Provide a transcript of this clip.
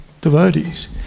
devotees